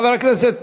חבר הכנסת